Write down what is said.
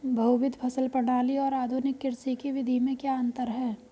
बहुविध फसल प्रणाली और आधुनिक कृषि की विधि में क्या अंतर है?